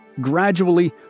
Gradually